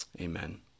Amen